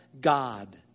God